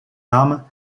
arme